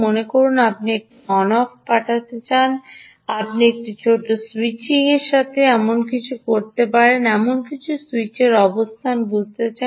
মনে করুন আপনি একটি অন বা অফ পাঠাতে চান আপনি একটি ছোট স্যুইচিংয়ের সাথে এই সমস্ত কিছু করতে পারেন এমন একটি স্যুইচের অবস্থান বুঝতে চান